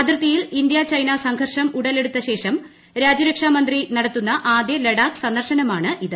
അതിർത്തിയിൽ India China സംഘർഷം ഉടലെടുത്ത ശേഷം രാജ്യരക്ഷാ മന്ത്രി നടത്തുന്ന ആദ്യ ലഡാക്ക് സന്ദർശന മാണിത്